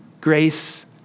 grace